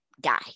guy